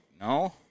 no